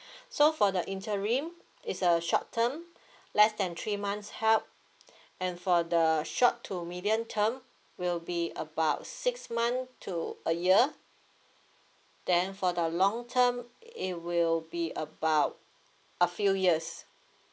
so for the interim it's a short term less than three months help and for the short to medium term will be about six months to a year then for the long term it will be about a few years